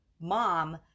mom